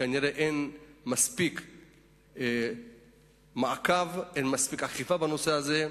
כנראה אין מספיק מעקב, אין מספיק אכיפה בנושא הזה.